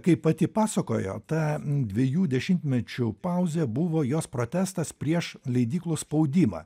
kaip pati pasakojo ta dviejų dešimtmečių pauzė buvo jos protestas prieš leidyklų spaudimą